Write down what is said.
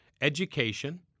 education